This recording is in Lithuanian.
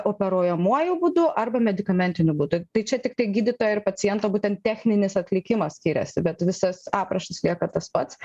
operuojamuoju būdu arba medikamentiniu būdu tai čia tiktai gydytojo ir paciento būtent techninis atlikimas skiriasi bet visas aprašas lieka tas pats